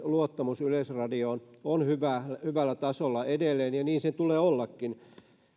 luottamus yleisradioon on hyvällä tasolla edelleen ja niin sen tulee ollakin